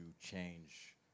change